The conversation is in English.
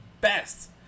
best